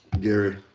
Gary